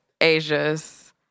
Asia's